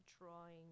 drawing